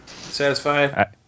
Satisfied